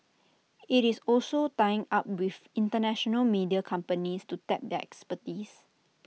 IT is also tying up with International media companies to tap their expertise